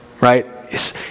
Right